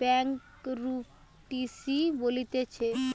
bankruptcy বলতিছে